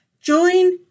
Join